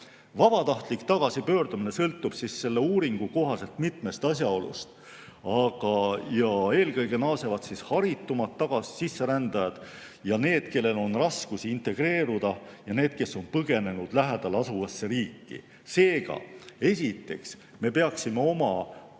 Vabatahtlik tagasipöördumine sõltub selle uuringu kohaselt mitmest asjaolust. Eelkõige naasevad haritumad sisserändajad ja need, kellel on raskusi integreeruda, ja need, kes on põgenenud lähedal asuvasse riiki. Seega, esiteks, me peaksime oma